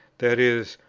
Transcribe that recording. that is,